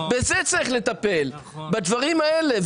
בזה צריך לטפל, בדברים האלה.